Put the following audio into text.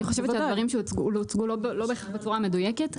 כי אני חושבת שהדברים הוצגו לא בהכרח בצורה מדויקת.